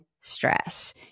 stress